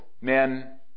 men